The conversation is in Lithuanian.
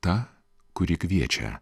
ta kuri kviečia